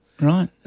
Right